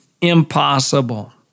impossible